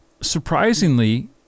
Surprisingly